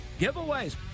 giveaways